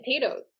potatoes